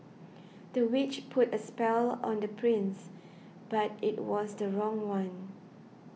the witch put a spell on the prince but it was the wrong one